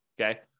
Okay